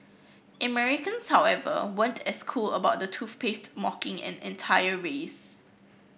Americans however weren't as cool about the toothpaste mocking an entire race